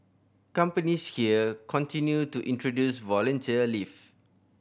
companies here continue to introduce volunteer leave